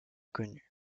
connu